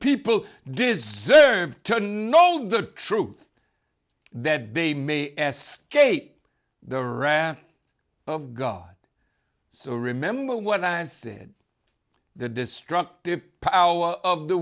people deserve to know the truth that they may escalate the wrath of god so remember what i said the destructive power of the